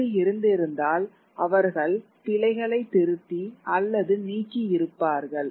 அப்படி இருந்திருந்தால் அவர்கள் பிழைகளை திருத்தி அல்லது நீக்கி இருப்பார்கள்